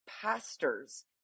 pastors